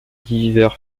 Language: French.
divers